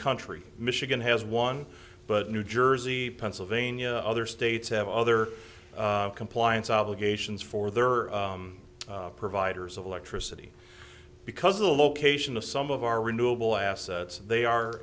country michigan has one but new jersey pennsylvania other states have other compliance obligations for their providers of electricity because of the location of some of our renewable assets they are